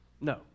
No